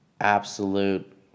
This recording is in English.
absolute